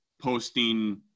posting